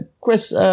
Chris